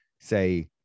say